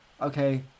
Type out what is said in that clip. Okay